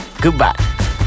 Goodbye